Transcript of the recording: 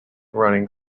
running